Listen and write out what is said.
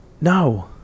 no